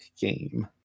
game